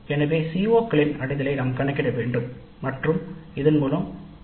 எனவே CO களின் அடையலை நாம் கணக்கிட வேண்டும் இதன் மூலம் பி